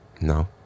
No